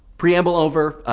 preamble over.